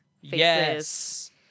yes